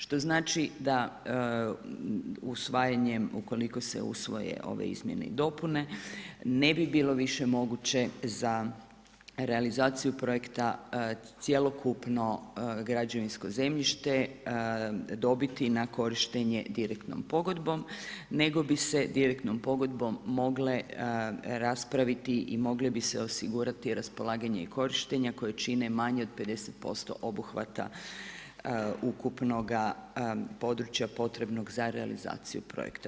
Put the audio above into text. Što znači da usvajanjem, ukoliko se usvoje ove izmjene i dopune ne bi bilo više moguće za realizaciju projekta cjelokupno građevinsko zemljište dobiti na korištenje direktnom pogodbom nego bi se direktnom pogodbom mogle raspraviti i mogle bi se osigurati raspolaganje i korištenja koja čine manje od 50% obuhvata ukupnoga područja potrebno za realizaciju projekta.